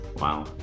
Wow